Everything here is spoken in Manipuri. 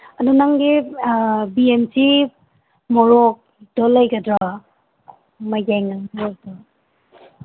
ꯑꯗꯣ ꯅꯪꯒꯤ ꯕꯤ ꯑꯦꯝ ꯁꯤ ꯃꯣꯔꯣꯛꯇꯣ ꯂꯩꯒꯗ꯭ꯔꯣ ꯑꯃ ꯌꯥꯏꯉꯪ ꯃꯣꯔꯣꯛꯇꯣ